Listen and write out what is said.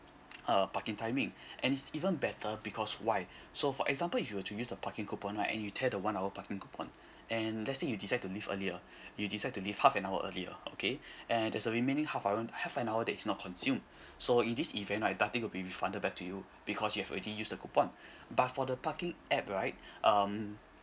uh parking timing and it's even better because why so for example if you want to use the parking coupon right you tear the one hour parking coupon and let's say you decide to leave earlier you decide to leave half an hour earlier uh okay and there's a remaining half hour half an hour there is not consumed so in this event right nothing will be refunded back to you because you've already used the coupon but for the parking app right um